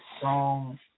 song